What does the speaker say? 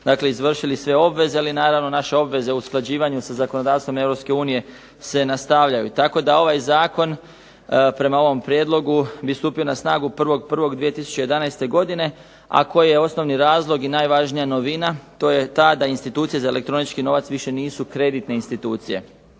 dakle izvršili sve obveze, ali naravno naše obveze usklađivanju s zakonodavstvom Europske unije se nastavljaju tako da ovaj Zakon prema ovom Prijedlogu bi stupio na snagu 1. 1. 2011. godine, a koji je osnovni razlog i najvažnija novina. To je ta da institucije za elektronički novac više nisu kreditne institucije,